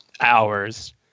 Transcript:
hours